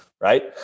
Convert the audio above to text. Right